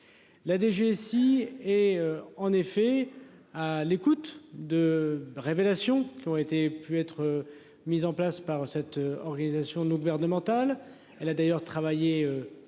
La DGSI est en effet à l'écoute de révélations qui ont été pu être mises en place par cette organisation nous gouvernementale, elle a d'ailleurs travaillé